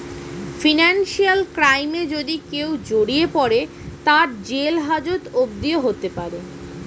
financial ক্রাইমে যদি কেও জড়িয়ে পরে, তার জেল হাজত অবদি হতে পারে